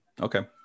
okay